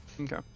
Okay